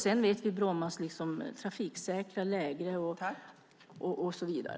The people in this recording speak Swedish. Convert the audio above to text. Sedan vet vi hur det är med Brommas trafiksäkra läge och så vidare.